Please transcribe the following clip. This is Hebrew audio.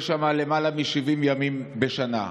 יש למעלה מ-70 ימים בשנה.